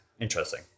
Interesting